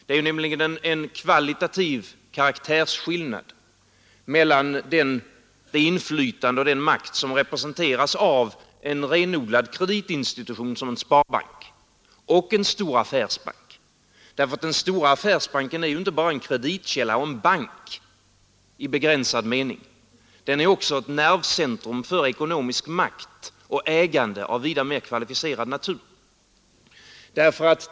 Det är ju en kvalitativ karaktärsskillnad mellan det inflytande och den makt som representeras av en renodlad kreditinstitution som en sparbank och en stor affärsbank. Den stora affärsbanken är inte bara en kreditkälla och en bank i begränsad mening, den är också ett nervcentrum för ekonomisk makt och ägande av vida mer kvalificerad natur.